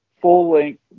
full-length